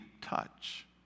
touch